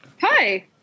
Hi